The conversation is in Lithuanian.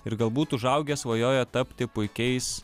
ir galbūt užaugę svajoja tapti puikiais